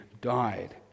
died